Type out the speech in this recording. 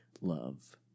love